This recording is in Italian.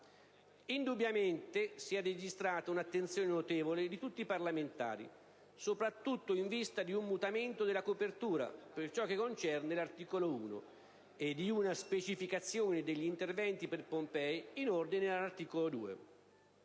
indubbiamente si è registrata un'attenzione notevole di tutti i parlamentari, soprattutto in vista di un mutamento della copertura, per ciò che concerne l'articolo 1, e di una specificazione degli interventi per Pompei in ordine all'articolo 2.